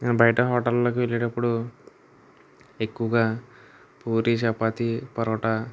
నేను బయట హోటళ్ళోకి వెళ్ళేటప్పుడు ఎక్కువగా పూరి చపాతి పరోట